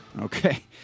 Okay